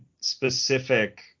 specific